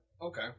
Okay